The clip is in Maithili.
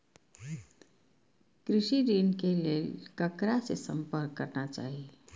कृषि ऋण के लेल ककरा से संपर्क करना चाही?